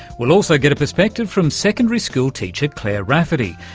we'll also get a perspective from secondary school teacher clare rafferty,